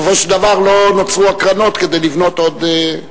בסופו של דבר לא נוצרו הקרנות כדי לבנות עוד,